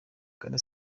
bwana